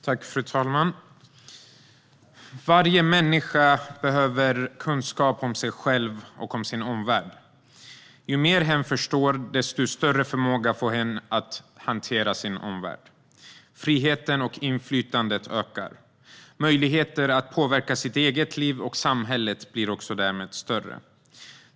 Fru talman! Varje människa behöver kunskap om sig själv och om sin omvärld. Ju mer hen förstår, desto större förmåga får hen att hantera sin omvärld. Friheten och inflytandet ökar. Möjligheterna att påverka sitt eget liv och samhället blir därmed också större.